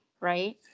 right